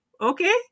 okay